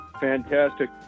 fantastic